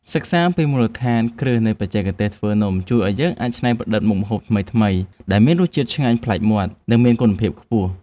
សិក្សាពីមូលដ្ឋានគ្រឹះនៃបច្ចេកទេសធ្វើនំជួយឱ្យយើងអាចច្នៃប្រឌិតមុខម្ហូបថ្មីៗដែលមានរសជាតិឆ្ងាញ់ប្លែកមាត់ និងមានគុណភាពខ្ពស់។